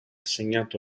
segnato